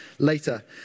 later